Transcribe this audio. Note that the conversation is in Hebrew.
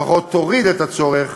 לפחות תוריד את הצורך,